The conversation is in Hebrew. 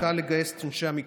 תודה, אדוני.